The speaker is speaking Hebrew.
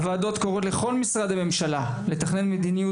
הוועדות קוראות לכל משרדי הממשלה לתכנן מדיניות